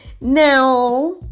Now